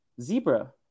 Zebra